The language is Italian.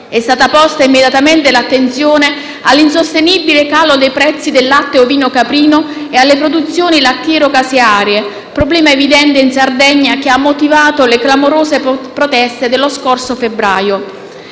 È stata posta immediatamente l'attenzione all'insostenibile calo dei prezzi del latte ovino caprino e alle produzioni lattiero-casearie, problema evidente in Sardegna che ha motivato le clamorose proteste dello scorso febbraio.